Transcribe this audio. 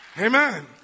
Amen